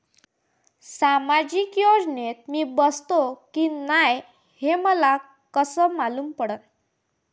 सामाजिक योजनेत मी बसतो की नाय हे मले कस मालूम पडन?